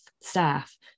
staff